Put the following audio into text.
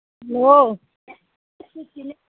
hello